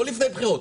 לא לפני בחירות,